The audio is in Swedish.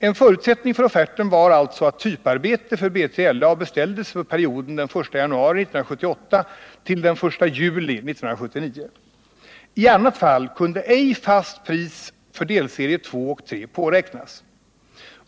En förutsättning för offerten var alltså att typarbete för B3LA beställdes för perioden den 1 januari 1978 till den 1 juli 1979. I annat fall kunde ej fast pris för delserie 2 och 3 påräknas.